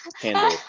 Handle